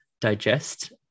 digest